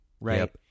right